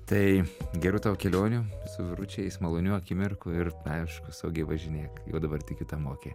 tai gerų tau kelionių su vyručiais malonių akimirkų ir aišku saugiai važinėk jau dabar tikiu tą moki